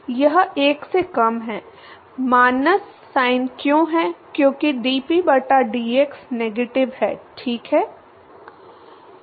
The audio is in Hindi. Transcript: यह 1 से कम है माइनस साइन क्यों है क्योंकि dp बटा dx नेगेटिव है ठीक है